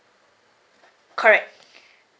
correct